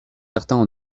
certains